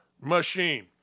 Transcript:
machine